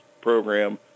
program